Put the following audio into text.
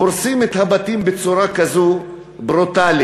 הורסים את הבתים בצורה כזו ברוטלית?